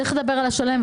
צריך לדבר על השלם.